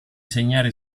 segnare